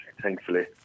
thankfully